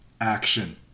action